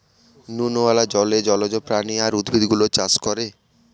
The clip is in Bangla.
নুনওয়ালা জলে জলজ প্রাণী আর উদ্ভিদ গুলো চাষ করে